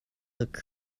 look